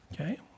Okay